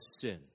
sin